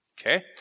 Okay